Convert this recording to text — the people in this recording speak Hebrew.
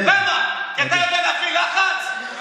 למה, כי אתה יודע להפעיל לחץ?